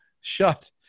shut